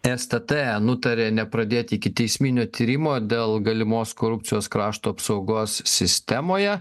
stt nutarė nepradėt ikiteisminio tyrimo dėl galimos korupcijos krašto apsaugos sistemoje